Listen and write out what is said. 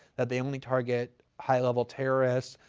that they only target high-level terrorists.